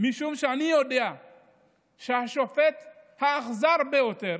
משום שאני יודע שהשופט האכזר ביותר